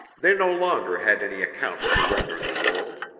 they no longer had any accounts to render the world.